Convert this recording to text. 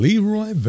Leroy